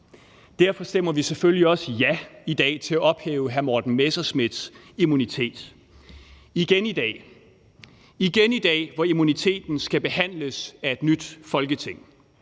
Derfor stemmer vi selvfølgelig også ja i dag til at ophæve hr. Morten Messerschmidts immunitet – igen i dag. Igen i dag, hvor immuniteten skal behandles af et nyt Folketing,